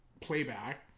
playback